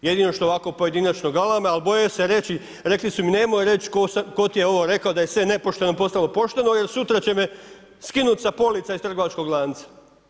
Jedino što ovako pojedinačno galame, al boje se reći, rekli su mi nemoj reći tko ti je ovo rekao da je sve nepošteno postalo pošteno jer sutra će me skinut sa police iz trgovačkog lanca.